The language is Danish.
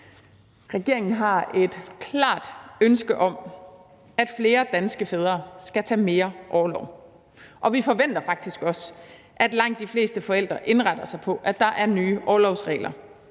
Regeringen har et klart ønske om, at flere danske fædre skal tage mere orlov, og vi forventer faktisk også, at langt de fleste forældre indretter sig på, at der er nye orlovsregler,